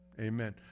Amen